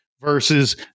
versus